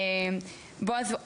בועז,